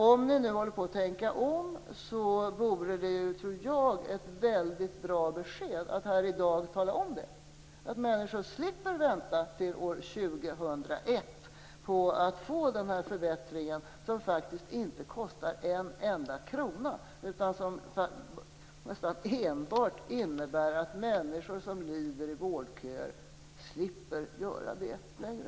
Om ni håller på att tänka om tror jag att det vore ett bra besked att ge i dag. Tala om att människor slipper vänta till år 2001 på att få den här förbättringen, som faktiskt inte kostar en enda krona! Den innebär nästan enbart att människor som lider i vårdköer slipper göra det längre.